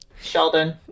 Sheldon